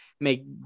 make